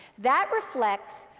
that reflects